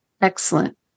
Excellent